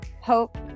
hope